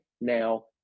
now